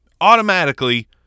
automatically